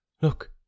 Look